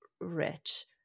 rich